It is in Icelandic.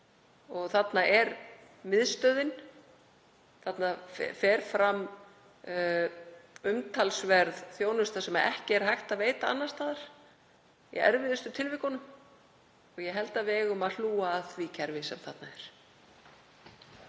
og þarna er miðstöðin. Þarna fer fram umtalsverð þjónusta sem ekki er hægt að veita annars staðar í erfiðustu tilvikunum. Ég held að við eigum að hlúa að því kerfi sem þarna er.